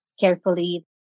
carefully